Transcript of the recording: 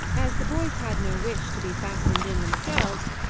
as the boys had no wish to be fastened in, themselves,